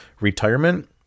retirement